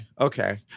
Okay